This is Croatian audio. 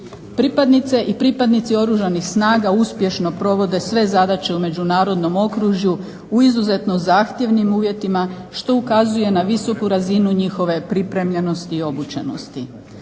Pripadnice i pripadnici Oružanih snaga uspješno provode sve zadaće u međunarodnom okružju u izuzetno zahtjevnim uvjetima što ukazuje na visoku razinu njihove pripremljenosti i obučenosti.